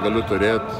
galiu turėt